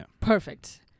Perfect